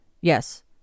Yes